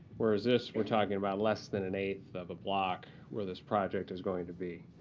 whereas this, we're talking about less than an eighth of a block where this project is going to be